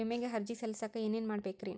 ವಿಮೆಗೆ ಅರ್ಜಿ ಸಲ್ಲಿಸಕ ಏನೇನ್ ಮಾಡ್ಬೇಕ್ರಿ?